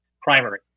primary